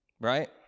Right